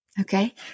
Okay